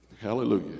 Hallelujah